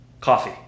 coffee